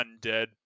undead